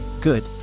Good